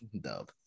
Dub